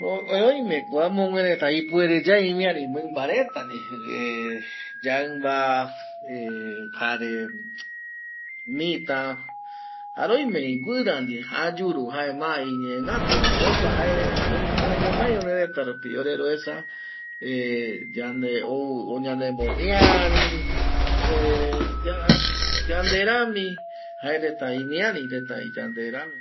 Oime ko amogue reta ipuere yae imiari mimba reta ndie yaimba jare mita jare oime vi guira ndie, ayuru jae ma iñee gatu va jokua jae jaeñomai orereta rupi ore roesa yande ou ñanemomiari yande rami jae reta imiari reta vi yande rami vi